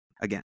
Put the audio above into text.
Again